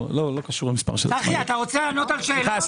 אתה רוצה לענות על שאלות?